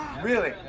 really?